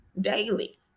daily